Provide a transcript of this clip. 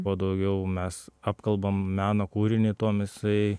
kuo daugiau mes apkalbam meno kūrinį tuom jisai